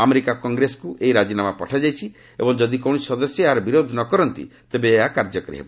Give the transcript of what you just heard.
America କଂଗ୍ରେସକୁ ଏହି ରାଜିନାମା ପଠାଯାଇଛି ଏବଂ ଯଦି କୌଣସି ସଦସ୍ୟ ଏହାର ବିରୋଧ ନ କରନ୍ତି ତେବେ ଏହା କାର୍ଯ୍ୟକାରୀ ହେବ